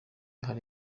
hari